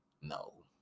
no